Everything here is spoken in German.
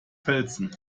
felsen